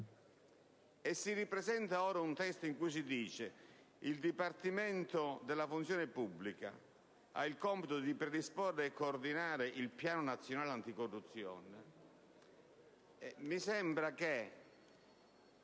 e si ripresenta ora un testo in cui si dice che il Dipartimento del funzione pubblica ha il compito di predisporre e coordinare il Piano nazionale anticorruzione,